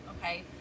okay